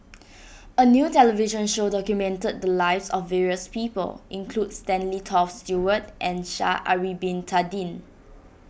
a new television show documented the lives of various people includes Stanley Toft Stewart and Sha'ari Bin Tadin